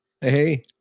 Hey